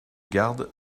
garde